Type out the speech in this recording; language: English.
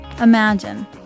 imagine